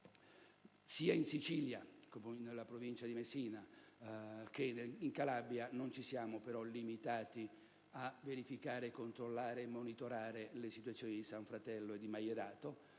Sia in Sicilia, nella Provincia di Messina, che in Calabria, non ci siamo però limitati a verificare, controllare e monitorare le situazioni di San Fratello e di Maierato.